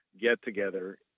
get-together